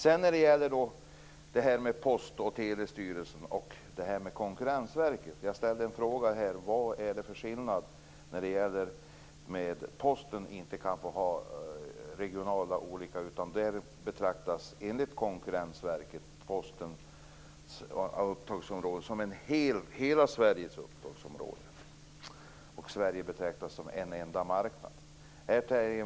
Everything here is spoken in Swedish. Jag ställde en fråga angående Post och telestyrelsen och Konkurrensverket: Vad är det för skillnad, när Posten inte kan få ha olika regioner utan enligt Konkurrensverket måste ha hela Sverige som ett upptagsområde? Sverige betraktas alltså som en enda marknad.